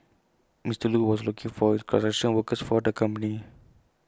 Mister Lu was looking for construction workers for the company